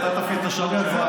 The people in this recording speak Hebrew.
בבקשה, עד שלוש דקות.